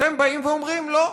אתם באים ואומרים: לא.